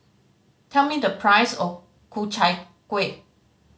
tell me the price of Ku Chai Kueh